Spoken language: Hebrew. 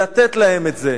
לתת להם את זה.